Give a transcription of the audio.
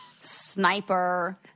Sniper